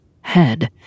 head